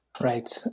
Right